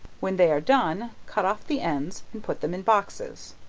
when they are done, cut off the ends and put them in boxes.